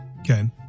Okay